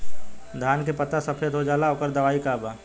धान के पत्ता सफेद हो जाला ओकर दवाई का बा?